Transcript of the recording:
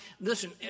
Listen